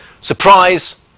Surprise